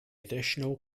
additional